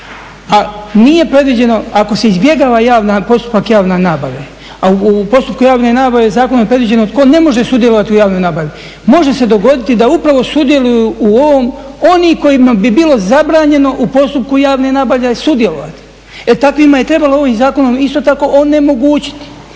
A nije predviđeno ako se izbjegava postupak javne nabave. A u postupku javne nabave zakonom je predviđeno tko ne može sudjelovati u javnoj nabavi. Može se dogoditi da upravo sudjeluju u ovom oni kojima bi bilo zabranjeno u postupku javne nabave sudjelovati. E takvima je trebalo ovim zakonom isto tako onemogućiti.